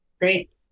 Great